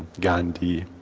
ghandi,